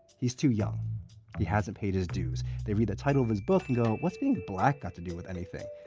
he's too young. he's hasn't paid his dues. they read the title of his book and go, what's being black got to do with anything?